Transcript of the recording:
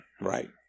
Right